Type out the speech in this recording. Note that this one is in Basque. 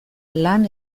lan